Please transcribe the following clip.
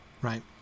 right